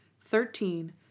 Thirteen